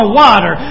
water